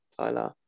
tyler